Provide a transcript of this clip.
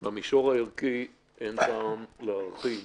על המישור הערכי אין טעם להרחיב,